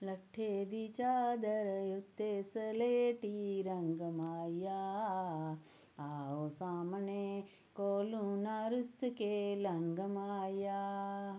लट्ठे दी चादर उत्ते सलेटी रंग माहिया आओ सामने कोलो ना रुस्स के लंघ माहिया